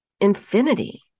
infinity